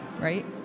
right